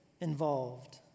involved